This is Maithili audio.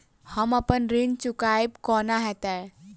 हम अप्पन ऋण चुकाइब कोना हैतय?